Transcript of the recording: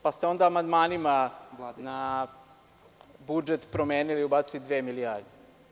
Pa ste onda amandmanima na budžet promenili i ubacili dve milijarde.